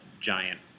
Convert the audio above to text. giant